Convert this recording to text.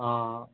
आं